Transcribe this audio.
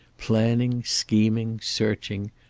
planning, scheming, searching,